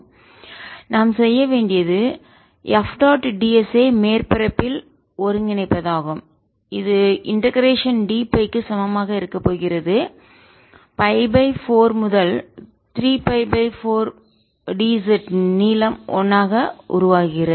எனவே நாம் செய்ய வேண்டியது எஃப் டாட் ds ஐ மேற்பரப்பில் ஒருங்கிணைப்பதாகும் இது இண்டெகரேஷன் ஒருங்கிணைந்த dΦ க்கு சமமாக இருக்கப் போகிறது π 4 முதல் 3 π 4 dz நீளம் 1 ஆக உருவாகிறது